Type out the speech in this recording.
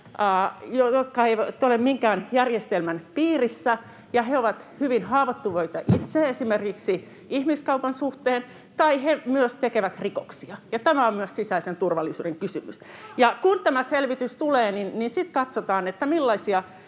jotka eivät ole minkään järjestelmän piirissä. He ovat hyvin haavoittuvia itse, esimerkiksi ihmiskaupan suhteen, tai he myös tekevät rikoksia, ja tämä on myös sisäisen turvallisuuden kysymys. Kun tämä selvitys tulee, niin sitten katsotaan, millaisia